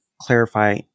clarify